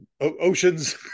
Oceans